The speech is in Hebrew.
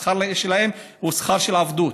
השכר שלהם הוא שכר של עבדות.